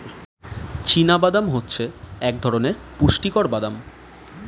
চীনা বাদাম হচ্ছে এক ধরণের পুষ্টিকর বাদাম